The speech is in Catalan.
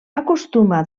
acostuma